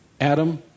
Adam